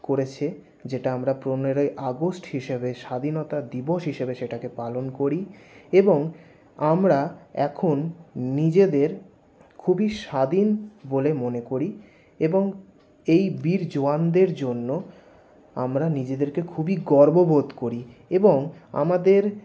করেছে যেটা আমরা পনেরোই আগস্ট হিসাবে স্বাধীনতা দিবস হিসাবে সেটাকে পালন করি এবং আমরা এখন নিজেদের খুবই স্বাধীন বলে মনে করি এবং এই বীর জোয়ানদের জন্য আমরা নিজেদেরকে খুবই গর্ববোধ করি এবং আমাদের